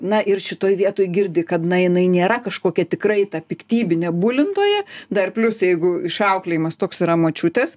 na ir šitoj vietoj girdi kad na jinai nėra kažkokia tikrai ta piktybinė bulintoja dar plius jeigu išauklėjimas toks yra močiutės